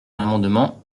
l’amendement